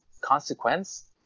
consequence